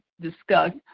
discussed